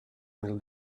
mil